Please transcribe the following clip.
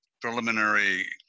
preliminary